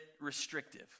restrictive